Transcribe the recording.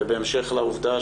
ובהמשך לעובדה